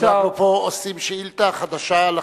אנחנו פה עושים שאילתא חדשה לחלוטין,